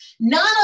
None